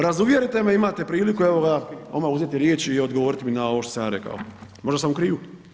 Razuvjerite me, imate priliku evo odmah uzeti riječ i odgovoriti mi na ovo što sam ja rekao, možda sam u krivu.